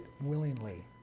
willingly